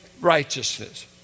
righteousness